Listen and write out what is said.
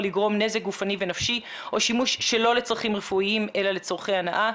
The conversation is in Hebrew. לגרום נזק גופני ונפשי או שימוש שלא לצרכים רפואיים אלא לצרכי הנאה,